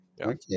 okay